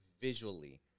visually